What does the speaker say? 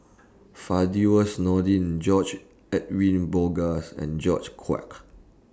Firdaus Nordin George Edwin Bogaars and George Quek